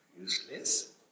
useless